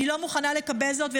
אני לא מוכנה לקבל זאת.